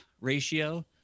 ratio